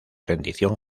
rendición